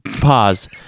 pause